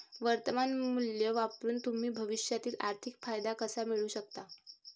वर्तमान मूल्य वापरून तुम्ही भविष्यातील आर्थिक फायदा कसा मिळवू शकता?